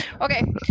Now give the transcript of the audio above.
Okay